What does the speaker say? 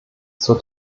zur